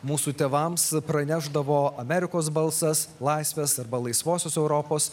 mūsų tėvams pranešdavo amerikos balsas laisvės arba laisvosios europos